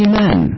men